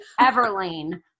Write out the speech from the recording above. Everlane